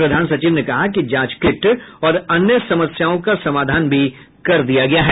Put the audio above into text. प्रधान सचिव ने कहा कि जांच किट और अन्य समस्याओं का समाधान भी कर दिया गया है